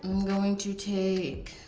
going to take